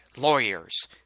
Lawyers